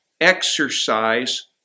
exercise